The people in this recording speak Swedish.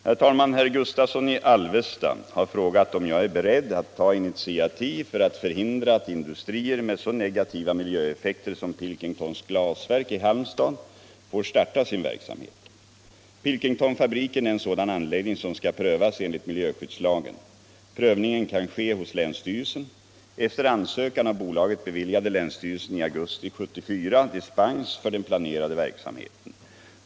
Herr talman! Herr Gustavsson i Alvesta har frågat mig om jag är beredd att ta iniviativ för att förhindra att industrier med så negativa miljöeffekter som Pilkingtons glasverk i Halmstad får starta sin verksamhet. Pilkingtonfabriken är en sådan anläggning som skall prövas enligt miljöskyddslagen. Prövningen kan ske hos länsstyrelsen. Efter ansökan av bolaget beviljade länsstyrelsen i augusti 1974 dispens för den planerade verksamheten.